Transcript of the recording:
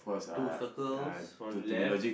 two circles from left